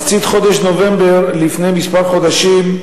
במחצית חודש נובמבר, לפני כמה חודשים,